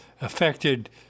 affected